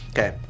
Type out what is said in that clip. Okay